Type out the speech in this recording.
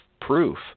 proof